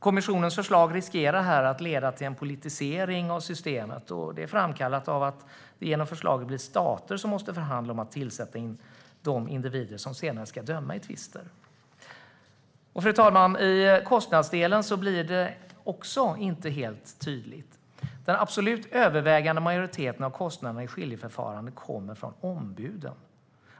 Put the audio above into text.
Kommissionens förslag riskerar att leda till en politisering av systemet, och det är framkallat av att det genom förslaget blir stater som måste förhandla om att tillsätta de individer som senare ska döma i tvister. Fru talman! I kostnadsdelen blir det inte heller helt tydligt. Den absolut övervägande majoriteten av kostnaderna i skiljeförfarandet kommer från ombuden.